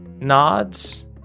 nods